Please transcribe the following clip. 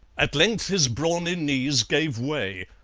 at length his brawny knees gave way,